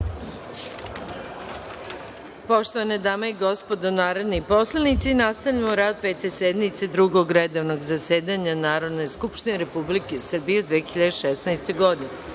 Poštovane dame i gospodo narodni poslanici, nastavljamo rad Pete sednice Drugog redovnog zasedanja Narodne skupštine Republike Srbije u 2016. godini. Na